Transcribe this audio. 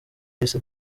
yise